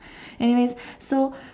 anyways so